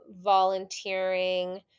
volunteering